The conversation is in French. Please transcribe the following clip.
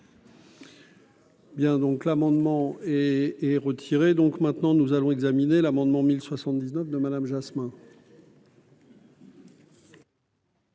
Bien, donc, l'amendement est retiré, donc maintenant nous allons examiner l'amendement 1079 de Madame Jasmin.